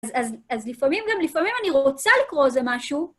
אז לפעמים גם לפעמים אני רוצה לקרוא איזה משהו.